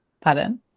pardon